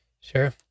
Sure